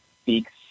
speaks